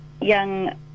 young